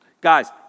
guys